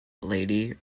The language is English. lady